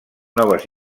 noves